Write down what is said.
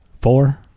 four